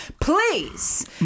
Please